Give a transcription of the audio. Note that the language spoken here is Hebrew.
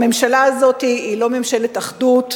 הממשלה הזאת היא לא ממשלת אחדות,